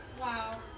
Wow